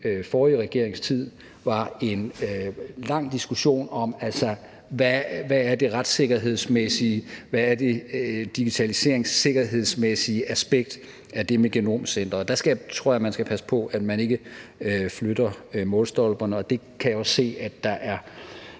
forrige regerings tid var en lang diskussion om, hvad det retssikkerhedsmæssige er, hvad det digitaliseringssikkerhedsmæssige aspekt af det med genomcenteret er. Der tror jeg man skal passe på, at man ikke flytter målstolperne, og jeg kan også se, at der er